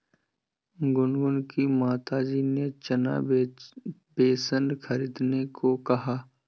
गुनगुन की माताजी ने चना बेसन खरीदने को कहा